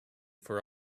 for